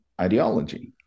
ideology